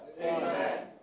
Amen